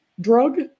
drug